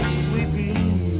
sweeping